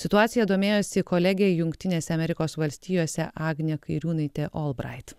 situacija domėjosi kolegė jungtinėse amerikos valstijose agnė kairiūnaitė olbrait